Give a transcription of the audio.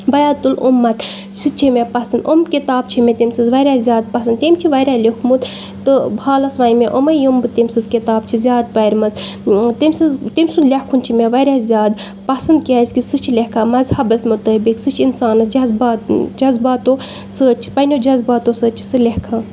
بیت الاُمَت سُہ تہِ چھِ مےٚ پَسنٛد یِم کِتاب چھِ مےٚ تٔمۍ سٕنٛز واریاہ زیادٕ پَسنٛد تیٚم چھِ واریاہ لیوکھمُت تہٕ حالَس وَنہِ مےٚ اُمَے یِم بہٕ تٔمۍ سٕنٛز کِتابہٕ چھِ زیادٕ پرِمَژٕ تٔمۍ سٕنٛز تٔمۍ سُنٛد لیکھُن چھِ مےٚ واریاہ زیادٕ پَسنٛد کیٛازِکہِ سُہ چھِ لیکھان مَذہَبَس مطٲبق سُہ چھِ اِنسانَس جذبات جذباتو سۭتۍ چھِ پنٛنیو جذباتو سۭتۍ چھِ سُہ لیکھان